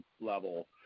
level